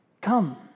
Come